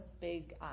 big